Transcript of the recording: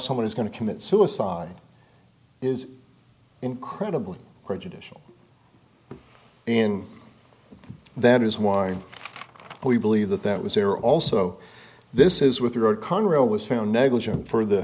someone is going to commit suicide is incredibly prejudicial in that is why we believe that that was there also this is with euro congo was found negligent for the